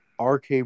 RK